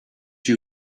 you